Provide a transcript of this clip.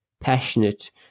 passionate